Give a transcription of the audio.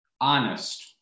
Honest